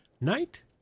night